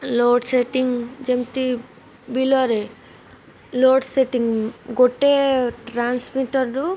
load setting ଯେମିତି ବିଲରେ load setting ଗୋଟେ ଟ୍ରାନ୍ସମିଟର୍ରୁ